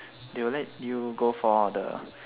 they will let you go for the